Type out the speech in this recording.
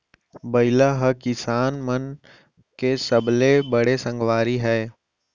बइला ह किसान मन के सबले बड़े संगवारी हय